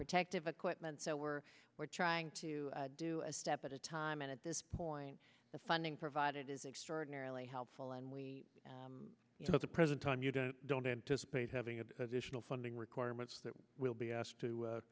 protective equipment so we're we're trying to do a step at a time at this point the funding provided is extraordinarily helpful and we you know at the present time you don't don't anticipate having an additional funding requirements that we'll be asked to